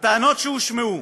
הטענות שהושמעו